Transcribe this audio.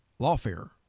lawfare